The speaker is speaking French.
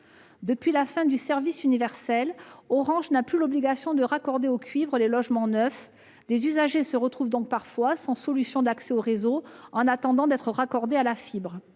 Depuis la fin du service universel, Orange n'a plus l'obligation de raccorder au cuivre les logements neufs. Des usagers se retrouvent donc parfois sans solution d'accès au réseau en attendant d'être raccordés à la fibre.